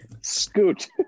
scoot